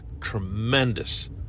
tremendous